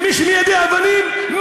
שמי שמיידה אבנים,